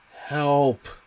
Help